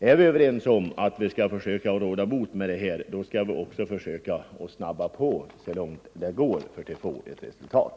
Är vi överens om att försöka råda bot på den situation vi här diskuterar, bör vi också snabba på så mycket som möjligt för att uppnå resultat.